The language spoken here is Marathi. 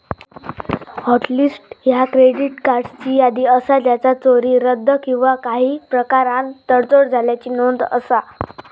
हॉट लिस्ट ह्या क्रेडिट कार्ड्सची यादी असा ज्याचा चोरी, रद्द किंवा काही प्रकारान तडजोड झाल्याची नोंद असा